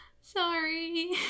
Sorry